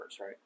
right